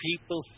people